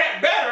better